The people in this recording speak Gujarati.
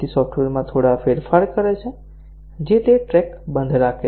સોફ્ટવેરમાં થોડા ફેરફાર કરે છે જે તે ટ્રેક બંધ રાખે છે